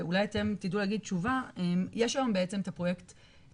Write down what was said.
ואולי אתם תדעו להגיד תשובה - יש היום בעצם את הפיילוט